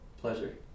Pleasure